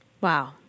Wow